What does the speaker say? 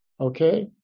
Okay